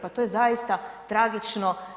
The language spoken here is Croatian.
Pa to je zaista tragično.